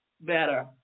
better